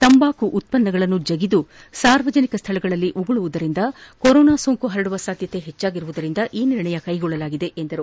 ತಂಬಾಕು ಉತ್ಪನ್ನಗಳನ್ನು ಜಗಿದು ಸಾರ್ವಜನಿಕ ಸ್ಥಳಗಳಲ್ಲಿ ಉಗುಳುವುದರಿಂದ ಕೊರೋನಾ ಸೋಂಕು ಪರಡುವ ಸಾಧ್ಯತೆ ಇರುವುದರಿಂದ ಈ ನಿರ್ಣಯ ಕೈಗೊಳ್ಳಲಾಗಿದೆ ಎಂದರು